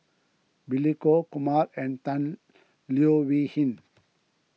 Billy Koh Kumar and Tan Leo Wee Hin